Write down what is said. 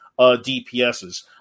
DPSs